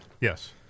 Yes